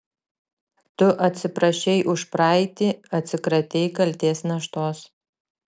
tu atsiprašei už praeitį atsikratei kaltės naštos